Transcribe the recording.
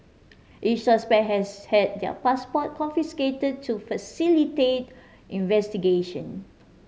each suspect has had their passport confiscated to facilitate investigation